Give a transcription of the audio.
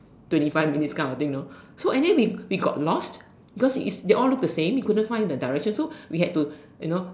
twenty five minutes kind of thing know so and then we got we got lost because they all look the same we couldn't find the direction so we had to you know